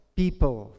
people